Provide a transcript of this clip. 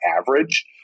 average